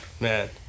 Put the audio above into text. man